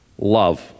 Love